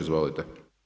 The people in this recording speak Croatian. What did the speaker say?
Izvolite.